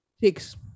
six